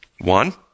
One